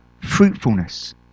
Fruitfulness